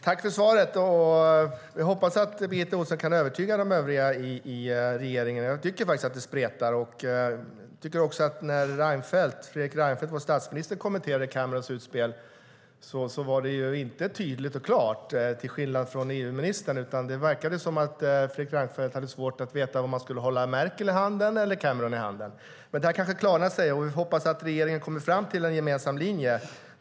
Herr talman! Tack för svaret, Birgitta Ohlsson! Jag hoppas att du kan övertyga de övriga i regeringen. Jag tycker faktiskt att det spretar, och jag tycker också att beskedet inte var tydligt och klart - till skillnad från EU-ministerns besked - när vår statsminister Fredrik Reinfeldt kommenterade Camerons utspel. Det verkade som att Fredrik Reinfeldt hade svårt att veta om han skulle hålla Merkel eller Cameron i handen. Men det kanske klarnar. Jag hoppas att regeringen kommer fram till en gemensam linje.